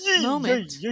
moment